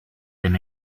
them